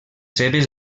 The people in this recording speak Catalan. seves